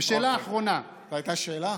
שאלה אחרונה, זאת הייתה שאלה?